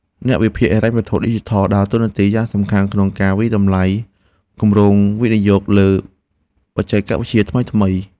អ្នកវិភាគហិរញ្ញវត្ថុឌីជីថលដើរតួនាទីយ៉ាងសំខាន់ក្នុងការវាយតម្លៃគម្រោងវិនិយោគលើបច្ចេកវិទ្យាថ្មីៗ។